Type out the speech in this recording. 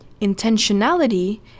intentionality